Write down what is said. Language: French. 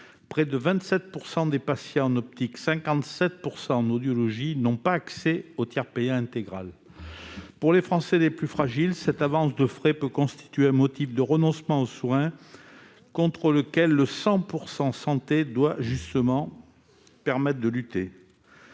près de 27 % des patients en optique et 57 % en audiologie n'ont pas accès au tiers payant intégral. Pour les Français les plus fragiles, cette avance de frais peut constituer un motif de renoncement aux soins, contre lequel le 100 % Santé doit justement permettre de lutter.